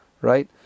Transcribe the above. right